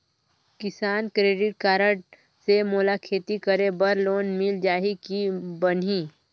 किसान credit card से मोला खेती करे बर लोन मिल जाहि की बनही??